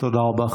תודה רבה.